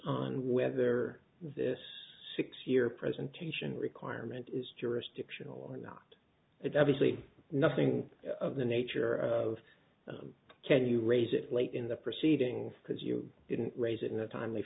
on whether this six year presentation requirement is jurisdictional or not a devotee nothing of the nature of can you raise it late in the proceedings because you didn't raise it in a timely